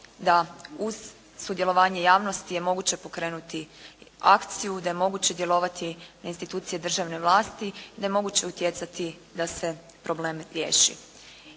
da uz sudjelovanje javnosti je moguće pokrenuti akciju, da je moguće djelovati na institucije državne vlasti i da je moguće utjecati da se problem riješi.